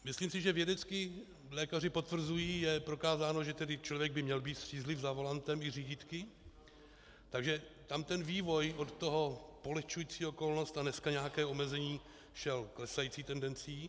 Myslím si, že vědecky lékaři potvrzují, je prokázáno, že člověk by měl být střízlivý za volantem i řídítky, takže tam ten vývoj od toho polehčující okolnost a dnes nějaké omezení šel klesající tendencí.